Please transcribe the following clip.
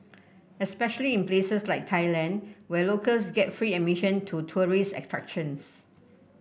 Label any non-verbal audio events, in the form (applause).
especially in places like Thailand where locals get free admission to tourist (unintelligible)